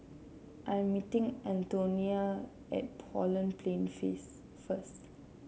I am meeting Antonina at Holland Plain first